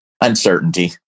Uncertainty